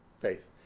Faith